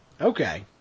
Okay